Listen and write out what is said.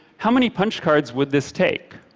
how many punch cards would this take?